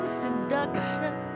seduction